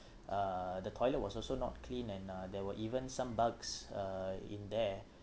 uh the toilet was also not clean and uh there were even some bugs uh in there